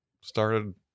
started